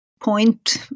point